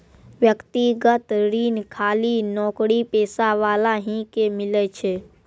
व्यक्तिगत ऋण खाली नौकरीपेशा वाला ही के मिलै छै?